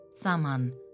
Saman